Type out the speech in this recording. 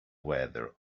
weather